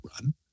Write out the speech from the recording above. run